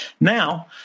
Now